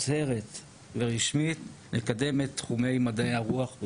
מדעי הרוח,